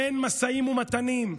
אין משאים ומתנים.